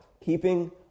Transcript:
keeping